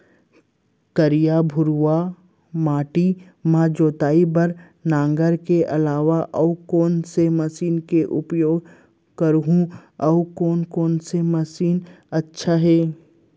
करिया, भुरवा माटी म जोताई बार नांगर के अलावा अऊ कोन से मशीन के उपयोग करहुं अऊ कोन कोन से मशीन अच्छा है?